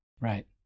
Right